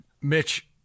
Mitch